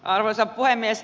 arvoisa puhemies